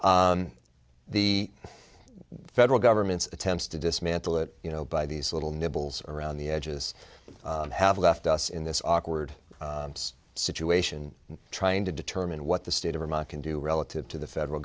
the the federal government's attempts to dismantle it you know by these little nibbles around the edges have left us in this awkward situation trying to determine what the state of vermont can do relative to the federal